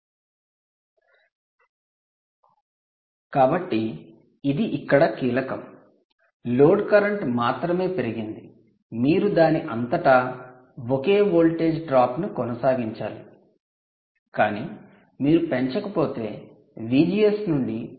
slide సమయం చూడండి 1821 కాబట్టి ఇది ఇక్కడ కీలకం లోడ్ కరెంట్ మాత్రమే పెరిగింది మీరు దాని అంతటా ఒకే వోల్టేజ్ డ్రాప్ను కొనసాగించాలి కానీ మీరు పెంచకపోతే VGS నుండి 3